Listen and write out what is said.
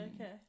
okay